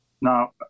Now